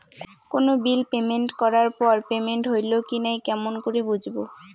কোনো bill payment করার পর পেমেন্ট হইল কি নাই কেমন করি বুঝবো?